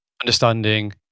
understanding